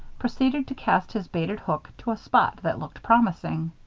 proceeded to cast his baited hook to a spot that looked promising.